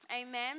Amen